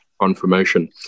confirmation